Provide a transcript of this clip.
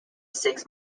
six